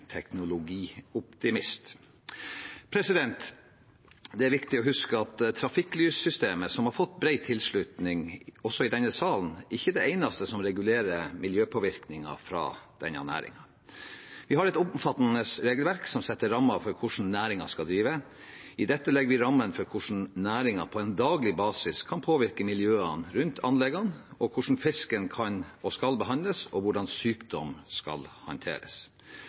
teknologioptimist. Det er viktig å huske at trafikklyssystemet – som har fått bred tilslutning også i denne salen – ikke er det eneste som regulerer miljøpåvirkningene fra denne næringen. Vi har et omfattende regelverk som setter rammene for hvordan næringen skal drive. I dette legger vi rammene for hvordan næringen på en daglig basis kan påvirke miljøet rundt anleggene, hvordan fisken skal behandles, og hvordan sykdom skal håndteres.